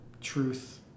truth